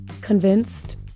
convinced